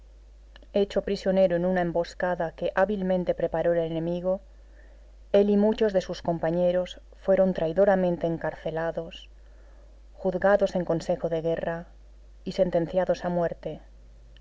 hecho prisionero en una emboscada que hábilmente preparó el enemigo él y muchos de sus compañeros fueron traidoramente encarcelados juzgados en consejo de guerra y sentenciados a muerte